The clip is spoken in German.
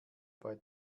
bei